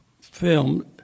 film